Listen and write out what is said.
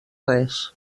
res